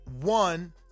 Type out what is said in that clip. one